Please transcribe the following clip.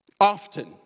often